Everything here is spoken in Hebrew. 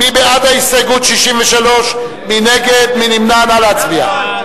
מי בעד הסתייגות 63, מי נגד, מי נמנע, נא להצביע.